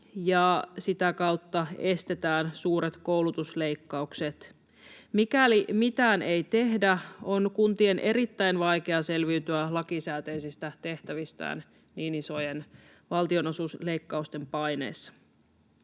sitä kautta estetään suuret koulutusleikkaukset. Mikäli mitään ei tehdä, on kuntien erittäin vaikea selviytyä lakisääteisistä tehtävistään niin isojen valtionosuusleikkausten paineessa.